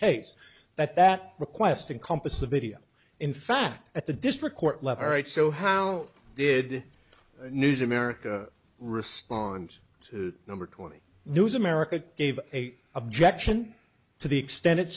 case that that request encompasses the video in fact at the district court level right so how did news america respond to number twenty news america gave a objection to the extent